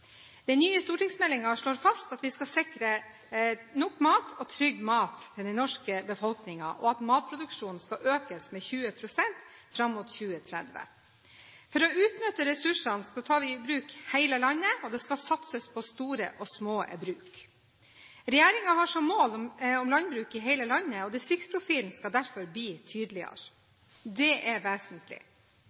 slår fast at vi skal sikre nok mat og trygg mat til den norske befolkningen, og at matproduksjonen skal økes med 20 pst. fram mot 2030. For å utnytte ressursene tar vi i bruk hele landet, og det skal satses på store og små bruk. Regjeringen har et mål om landbruk i hele landet, og distriktsprofilen skal derfor bli tydeligere. Det er vesentlig.